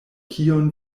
kion